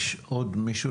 יש עוד מישהו,